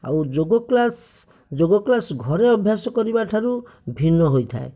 ଆଉ ଯୋଗ କ୍ଳାସ ଯୋଗ କ୍ଳାସ ଘରେ ଅଭ୍ୟାସ କରିବା ଠାରୁ ଭିନ୍ନ ହୋଇଥାଏ